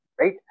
right